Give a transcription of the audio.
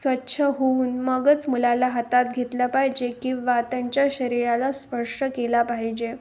स्वच्छ होऊन मगच मुलाला हातात घेतलं पाहिजे किंवा त्यांच्या शरीराला स्पर्श केला पाहिजे